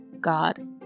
God